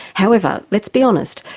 however, let's be honest,